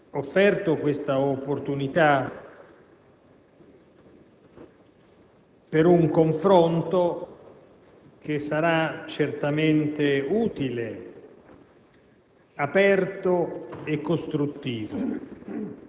per avere offerto l'opportunità di un confronto, che sarà certamente utile,